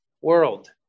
world